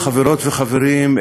חברות וחברים,